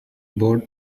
board